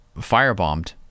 firebombed